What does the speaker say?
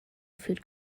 food